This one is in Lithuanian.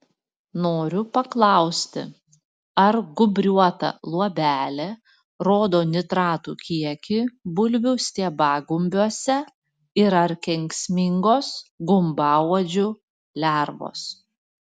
noriu paklausti ar gūbriuota luobelė rodo nitratų kiekį bulvių stiebagumbiuose ir ar kenksmingos gumbauodžių lervos